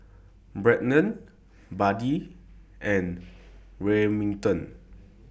Brennen Buddy and Remington